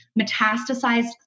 metastasized